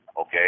Okay